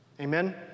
Amen